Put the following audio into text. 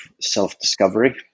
self-discovery